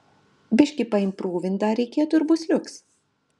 biškį paimprūvint dar reikėtų ir bus liuks